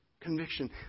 Conviction